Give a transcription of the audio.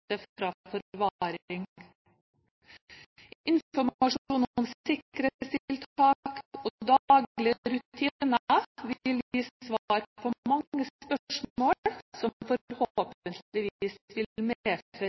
for prøveløslatte fra forvaring. Informasjon om sikkerhetstiltak og daglige rutiner vil gi svar på mange spørsmål, som forhåpentligvis vil medføre